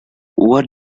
what